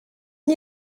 and